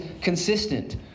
consistent